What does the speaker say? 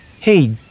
Hey